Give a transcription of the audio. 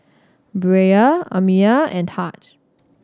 Bria Amiya and Tahj